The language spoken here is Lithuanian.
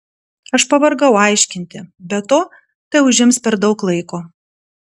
aš pavargau aiškinti be to tai užims per daug laiko